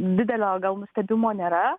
didelio gal nustebimo nėra